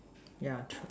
yeah true